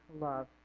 love